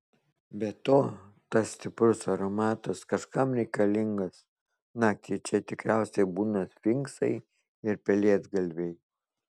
be to tas stiprus aromatas kažkam reikalingas naktį čia tikriausiai būna sfinksai ir pelėdgalviai